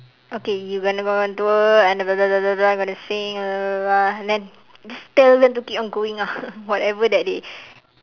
okay you gonna go on tour and then and gonna sing then and then just tell them to keep on going ah whatever that they